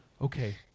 Okay